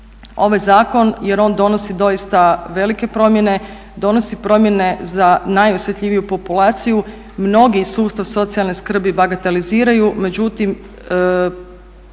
ovaj zakon jer on donosi doista velike promjene, donosi promjene za najosjetljiviju populaciju. Mnogi sustav socijalne skrbi bagateliziraju, međutim